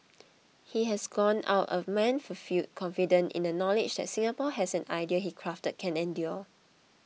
he has gone out a man fulfilled confident in the knowledge that Singapore as an idea he crafted can endure